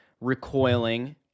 recoiling